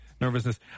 nervousness